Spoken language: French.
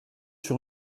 sur